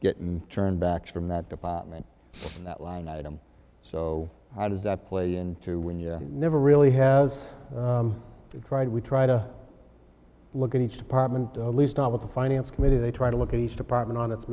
getting turned back from that department in that line item so how does that play into when you never really has tried we try to look at each department at least not with a finance committee they try to look at each department on its